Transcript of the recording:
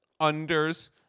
unders